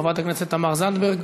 חברת הכנסת תמר זנדברג,